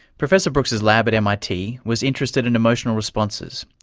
professor brooks' lab at mit was interested in emotional responses,